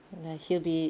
!alah! he'll be it